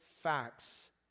Facts